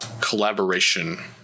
collaboration